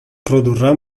produrrà